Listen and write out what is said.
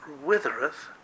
withereth